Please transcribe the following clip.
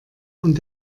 und